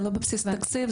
זה לא בבסיס התקציב,